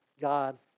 God